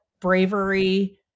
bravery